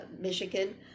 Michigan